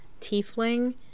tiefling